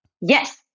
yes